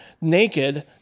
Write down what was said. naked